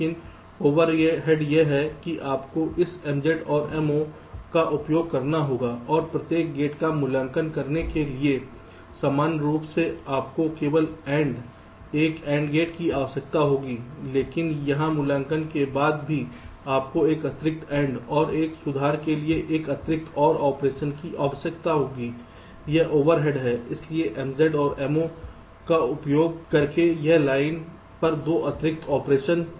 लेकिन ओवरहेड यह है कि आपको इस MZ और Mo का उपयोग करना होगा और प्रत्येक गेट का मूल्यांकन करने के लिए सामान्य रूप से आपको केवल ANDएक AND गेट की आवश्यकता होगी लेकिन यहां मूल्यांकन के बाद भी आपको एक अतिरिक्त AND और इस सुधार के लिए एक अतिरिक्त OR ऑपरेशन की आवश्यकता होती है यह ओवरहेड है इसलिए MZ और Mo का उपयोग करके हर लाइन पर 2 अतिरिक्त ऑपरेशन